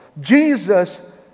Jesus